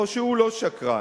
או שהוא לא שקרן?